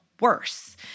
worse